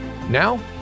Now